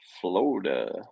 Florida